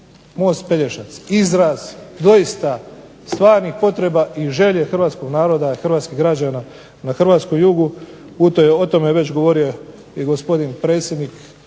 most Pelješac izraz doista stvarnih potreba i želje Hrvatskog naroda i Hrvatskih građana na Hrvatskom jugu o tome je već govorio i gospodin predsjednik